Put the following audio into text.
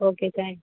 okay thanks